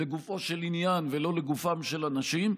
לגופו של עניין ולא לגופם של אנשים,